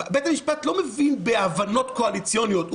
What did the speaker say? בית המשפט לא מבין בהבנות קואליציוניות,